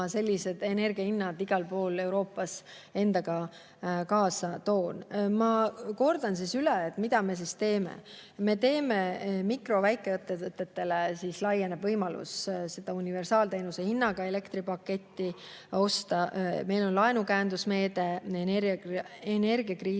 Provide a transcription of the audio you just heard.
sellised energiahinnad igal pool Euroopas endaga kaasa toonud. Ma kordan siis üle, mida me teeme. Mikro‑ ja väikeettevõtetele laieneb võimalus universaalteenuse hinnaga elektripaketti osta. Meil on laenukäendusmeede energiakriisi